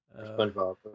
Spongebob